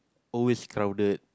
always crowded